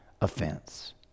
offense